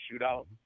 shootout